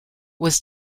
was